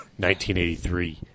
1983